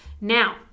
Now